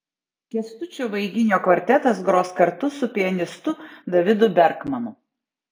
kęstučio vaiginio kvartetas gros kartu su pianistu davidu berkmanu